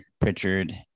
Pritchard